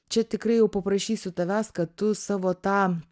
čia tikrai jau paprašysiu tavęs kad tu savo tą